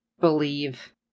believe